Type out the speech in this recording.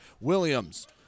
Williams